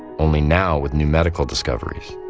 only now with new medical discoveries.